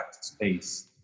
space